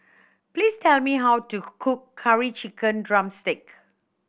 please tell me how to cook Curry Chicken drumstick